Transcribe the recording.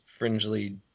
fringely